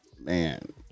man